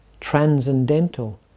transcendental